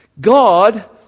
God